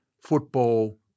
football